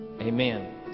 Amen